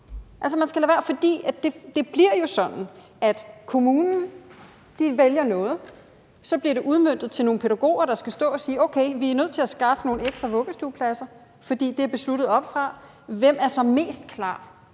være med at spare på børnene. Det bliver jo sådan, at kommunen vælger noget, og så bliver det udmøntet til nogle pædagoger, der skal stå og sige: Okay, vi er nødt til at skaffe nogle ekstra vuggestuepladser, for det er besluttet oppefra. Hvem er så mest klar?